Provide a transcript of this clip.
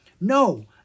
No